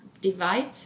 divide